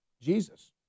Jesus